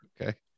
Okay